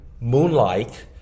moonlight